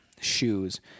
shoes